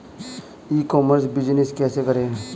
ई commerce business कैसे करें?